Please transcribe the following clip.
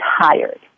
tired